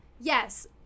Yes